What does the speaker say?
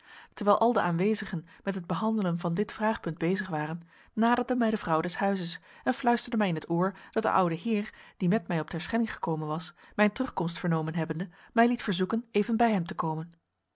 terwijl al de aanwezigen met het behandelen van dit vraagpunt bezig waren naderde mij de vrouw des huizes en fluisterde mij in het oor dat de oude heer die met mij op terschelling gekomen was mijn terugkomst vernomen hebbende mij liet verzoeken even bij hem te komen